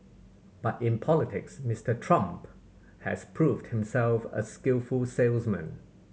but in politics Mister Trump has proved himself a skillful salesman